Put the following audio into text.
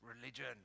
religion